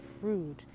fruit